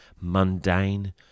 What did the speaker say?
mundane